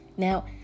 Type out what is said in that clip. Now